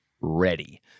ready